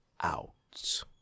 out